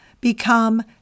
become